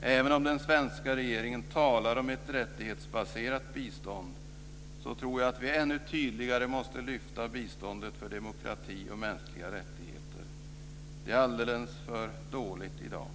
Även om den svenska regeringen talar om ett rättighetsbaserat bistånd tror jag att vi ännu tydligare måste lyfta biståndet för demokrati och mänskliga rättigheter. Det är alldeles för dåligt i dag.